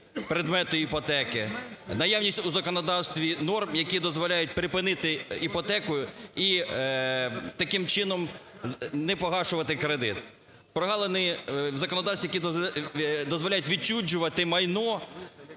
наявність в законодавстві норм, які дозволяють припинити іпотеку і таким чином непогашувати кредит. Прогалини в законодавстві, які дозволяють відчужувати майно